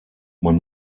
man